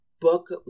book